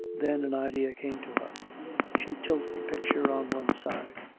then an idea came to her she tilted the picture on one side.